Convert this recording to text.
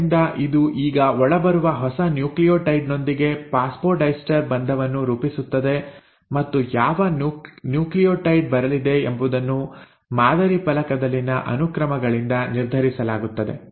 ಆದ್ದರಿಂದ ಇದು ಈಗ ಒಳಬರುವ ಹೊಸ ನ್ಯೂಕ್ಲಿಯೋಟೈಡ್ ನೊಂದಿಗೆ ಫಾಸ್ಫೊಡೈಸ್ಟರ್ ಬಂಧವನ್ನು ರೂಪಿಸುತ್ತದೆ ಮತ್ತು ಯಾವ ನ್ಯೂಕ್ಲಿಯೋಟೈಡ್ ಬರಲಿದೆ ಎಂಬುದನ್ನು ಮಾದರಿ ಫಲಕದಲ್ಲಿನ ಅನುಕ್ರಮಗಳಿಂದ ನಿರ್ಧರಿಸಲಾಗುತ್ತದೆ